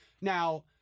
Now